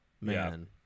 Man